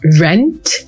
rent